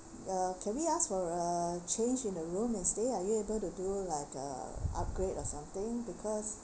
uh can we ask for a change in the room instead are you able to do like uh upgrade or something because